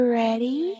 ready